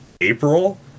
April